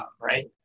right